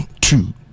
two